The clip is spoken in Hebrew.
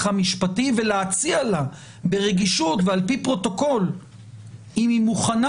המשפטי ולהציע לה ברגישות ועל פי פרוטוקול אם היא מוכנה